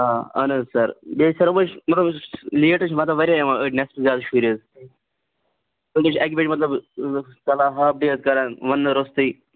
آ اَہَن حظ سَر بِیٚیہِ سَر وُچھ لیٹ حظ چھِ مَطلَب واریاہ یِوان أڈۍ نیٚصف زیادٕ شُرۍ حظ تِم حظ چھِ اَکہِ بَجہِ مَطلَب ژَلان ہاف ڈیے کَران وَننہٕ روٚستُے